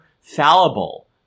fallible